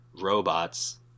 robots